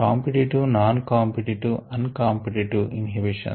competitive non competitive un competitive inhibitions